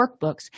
workbooks